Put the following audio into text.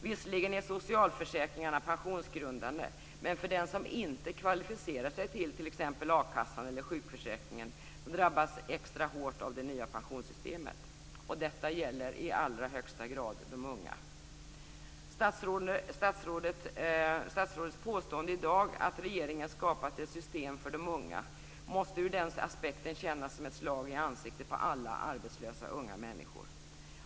Visserligen är socialförsäkringarna pensionsgrundande, men den som inte kvalificerar sig till t.ex. a-kassan eller sjukförsäkringen drabbas extra hårt av det nya pensionssystemet. Detta gäller i allra högsta grad de unga. Statsrådets påstående i dag att regeringen skapat ett system för de unga måste ur den aspekten kännas som ett slag i ansiktet på alla arbetslösa unga människor.